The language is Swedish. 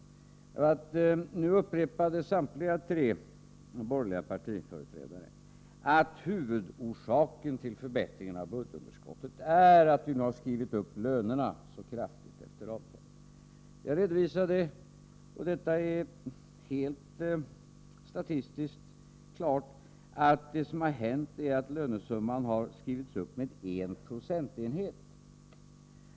Nu upprepade 26 april 1984 samtliga tre borgerliga partiföreträdare att huvudorsaken till förbättringen av budgetunderskottet är att vi har skrivit upp lönerna så kraftigt efter de nya | Vid remiss av 2 2 i öd tri Rel å körkanEa kompletteringsproag redovisade — och detta är statistiskt helt klart — att det som har hänt är positionen att lönesumman har skrivits upp med en procentenhet.